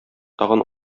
тагын